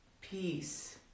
Peace